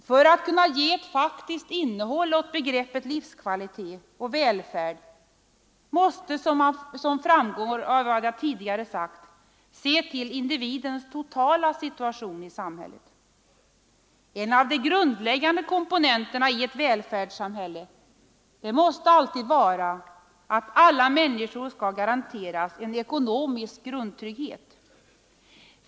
För att kunna ge ett faktiskt innehåll åt begreppen livskvalitet och välfärd måste man, som framgår av vad jag tidigare sagt, se till individens totala situation i samhället. En av de grundläggande komponenterna i ett välfärdssamhälle måste alltid vara att alla människor skall garanteras en ekonomisk grundtrygghet.